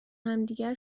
همدیگر